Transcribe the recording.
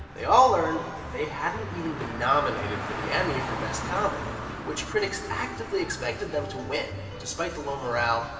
they all learned that they hadn't even been nominated for the emmy for best comedy which critics actively expected them to win. despite the low morale,